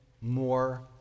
more